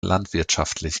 landwirtschaftlich